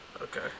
Okay